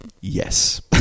Yes